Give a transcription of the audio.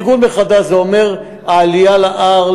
ארגון מחדש זה אומר לסדר את העלייה להר,